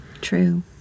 True